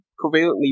covalently